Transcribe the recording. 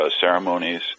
ceremonies